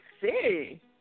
see